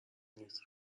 نیست